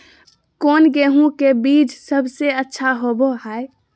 कौन गेंहू के बीज सबेसे अच्छा होबो हाय?